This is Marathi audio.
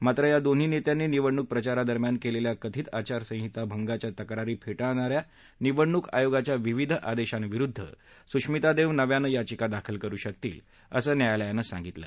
मात्र या दोन्ही नेत्यांनी निवडणूक प्रचारादरम्यान केलेल्या कथित आचारसंहिता भंगाच्या तक्रारी फेटाळणाऱ्या निवडणूक आयोगाच्या विविध आदेशां विरुद्ध सुश्मिता देव नव्यानं याचिका दाखल करु शकतील असं न्यायालयानं सांगितलं